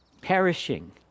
perishing